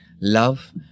Love